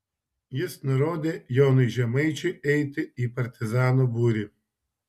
jis nurodė jonui žemaičiui eiti į partizanų būrį